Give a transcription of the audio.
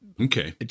Okay